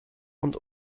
und